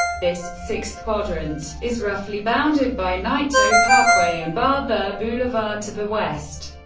this sixth quadrant is roughly bounded by naito parkway and barbur boulevard to the west,